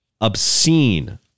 obscene